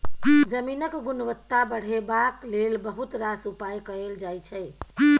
जमीनक गुणवत्ता बढ़ेबाक लेल बहुत रास उपाय कएल जाइ छै